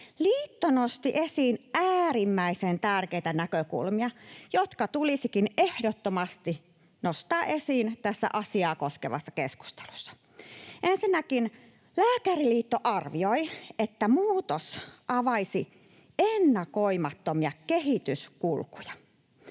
Liitto nosti esiin äärimmäisen tärkeitä näkökulmia, jotka tulisikin ehdottomasti nostaa esiin tässä asiaa koskevassa keskustelussa. Ensinnäkin Lääkäriliitto arvioi, että muutos avaisi ennakoimattomia kehityskulkuja.